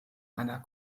einer